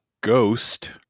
Ghost